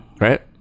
Right